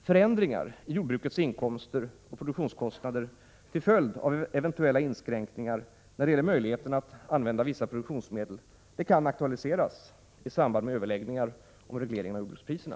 Förändringar i jordbrukets inkomster och produktionskostnader till följd av eventuella inskränkningar när det gäller möjligheterna att använda vissa produktionsmedel kan aktualiseras i samband med överläggningar om regleringen av jordbrukspriserna.